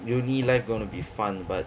uni life gonna be fun but